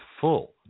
full